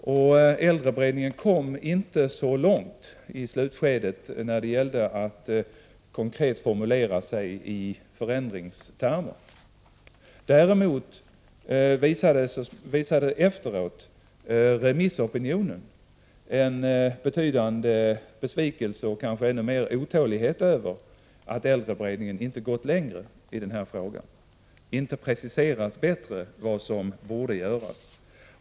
Men den komi slutskedet inte så långt när det gällde att konkret formulera sig i förändringstermer. Däremot visade remissopinionen efteråt en betydande besvikelse och kanske ännu mer otålighet över att äldreberedningen inte hade gått längre i den frågan och inte bättre preciserat vad som borde göras.